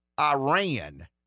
Iran